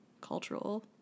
cultural